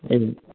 ए